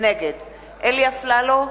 נגד אלי אפללו,